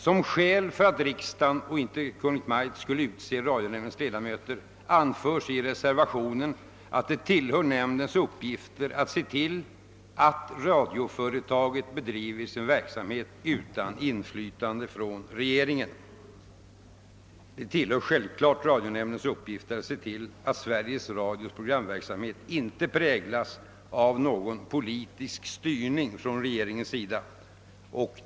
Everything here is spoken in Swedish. Som skäl för att riksdagen och inte Kungl. Maj:t skall utse radionämndens ledamöter anförs i reservationen, att det tillhör nämndens uppgifter att »se till att radioföretaget bedriver sin verksamhet utan inflytande från regeringen». Det tillhör självklart radionämndens uppgifter att tillse att Sveriges Radios programverksamhet inte präglas av någon politisk styrning från regeringens sida.